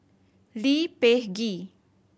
Lee Peh Gee